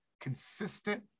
consistent